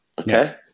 okay